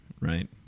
right